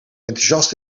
enthousiast